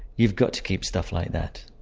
you've got to keep stuff like that.